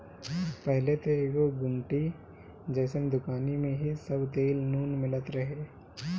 पहिले त एगो गुमटी जइसन दुकानी में ही सब तेल नून मिलत रहे